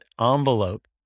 envelope